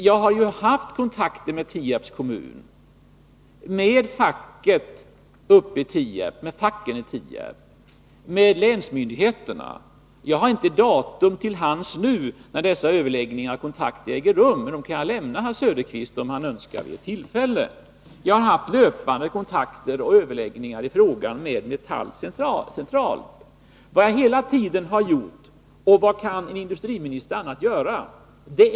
Jag har ju haft kontakter med Tierps kommun, med facken i Tierp och med länsmyndigheterna. Jag kan inte nu ange vilket datum överläggningarna ägde rum, men jag kan kanske upplysa herr Söderqvist om det vid tillfälle. Jag har löpande kontakter och överläggningar i den här frågan med Metalls centrala organisation. Vad jag hela tiden gjort — vad kan en industriminister annat göra?